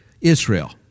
Israel